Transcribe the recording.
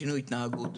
שינוי התנהגות.